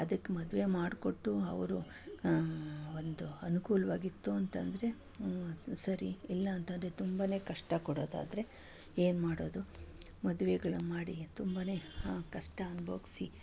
ಅದಕ್ಕೆ ಮದುವೆ ಮಾಡಿಕೊಟ್ಟು ಅವರು ಒಂದು ಅನುಕೂಲವಾಗಿತ್ತು ಅಂತಂದರೆ ಸರಿ ಇಲ್ಲಾಂತಂದರೆ ತುಂಬನೇ ಕಷ್ಟ ಕೊಡೋದಾದರೆ ಏನು ಮಾಡೋದು ಮದ್ವೆಗಳು ಮಾಡಿ ತುಂಬನೇ ಕಷ್ಟ ಅನುಭವ್ಸಿ